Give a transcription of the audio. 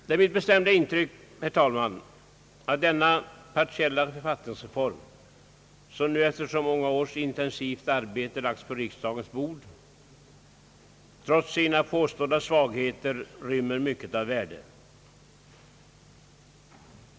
Det är mitt bestämda intryck, herr talman, att denna partiella författningsreform som nu efter så många års intensivt arbete har lagts på riksdagens bord trots sina påstådda svagheter rymmer mycket av värde.